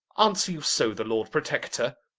answer you so the lord protector?